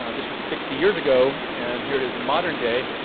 um this was sixty years ago, and here it is in modern day.